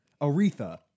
Aretha